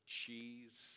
cheese